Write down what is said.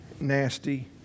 nasty